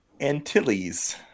antilles